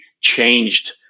changed